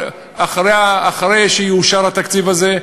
אחרי שיאושר התקציב הזה,